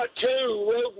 two